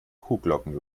kuhglocken